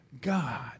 God